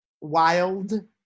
wild